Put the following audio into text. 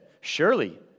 Surely